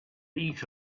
eat